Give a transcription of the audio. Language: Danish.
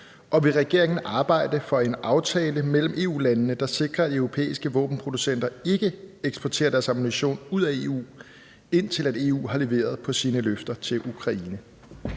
og vil regeringen arbejde for en aftale mellem EU-landene, der sikrer, at europæiske våbenproducenter ikke eksporterer deres ammunition ud af EU, indtil EU har leveret på sine løfter til Ukraine?